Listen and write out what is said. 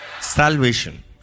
Salvation